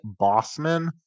Bossman